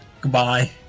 Goodbye